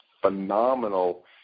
phenomenal